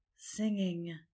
singing